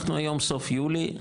אנחנו היום סוף יולי,